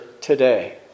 today